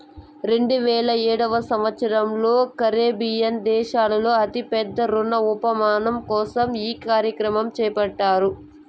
రెండువేల ఏడవ సంవచ్చరంలో కరేబియన్ దేశాల్లో అతి పెద్ద రుణ ఉపశమనం కోసం ఈ కార్యక్రమం చేపట్టారు